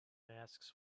masks